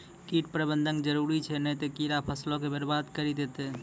कीट प्रबंधन जरुरी छै नै त कीड़ा फसलो के बरबाद करि देतै